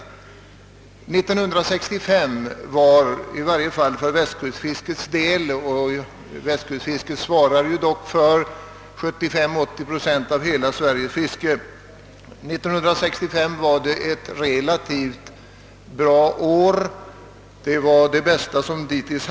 år 1965 var i varje fall för västkustfiskets del — västkustfisket svarar dock för 75—80 procent av hela Sveriges fiske — ett bra år — det bästa hittills.